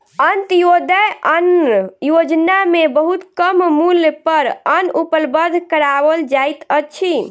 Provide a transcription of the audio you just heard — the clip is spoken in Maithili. अन्त्योदय अन्न योजना में बहुत कम मूल्य पर अन्न उपलब्ध कराओल जाइत अछि